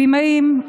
הבימאים,